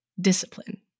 discipline